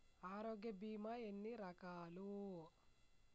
ఆరోగ్య బీమా ఎన్ని రకాలు?